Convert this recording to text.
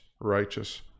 righteous